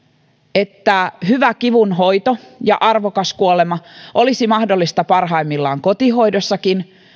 että hyvä kivun hoito ja arvokas kuolema olisi mahdollista parhaimmillaan kotihoidossakin